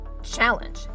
Challenge